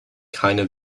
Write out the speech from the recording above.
kinda